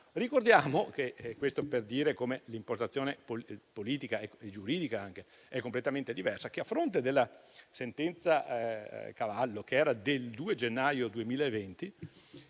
Ricordiamo - questo per dire come l'impostazione politica e giuridica sia completamente diversa - che, a fronte della sentenza Cavallo del 2 gennaio 2020,